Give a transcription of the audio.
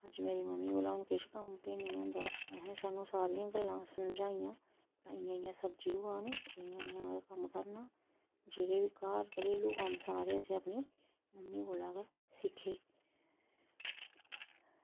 अज्ज मेरी मम्मी कोला हून किश कम्म बी निं होंदा असें सानू सारियां गल्लां समझाइयां इयां इयां सब्ज़ी उगानी ते इ'यां इ'यां गै कम्म करना जेह्ड़े बी घर घरेलू कम्म सारे असें अपनी मम्मी कोला गै सिक्खे